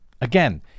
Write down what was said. again